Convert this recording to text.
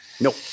Nope